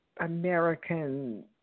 American